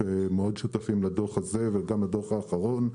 שמאוד שותפים לדוח הזה וגם לדוח האחרון,